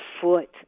foot